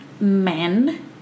Men